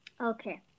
okay